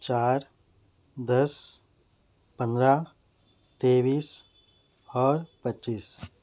چار دس پندرہ تیئیس اور پچیس